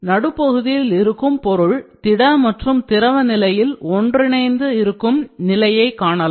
நடுப்பகுதியில் இருக்கும் பொருள் திட மற்றும் திரவ நிலையில் ஒன்றிணைந்து இருக்கும் நிலையை காணலாம்